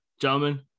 Gentlemen